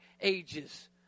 ages